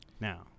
Now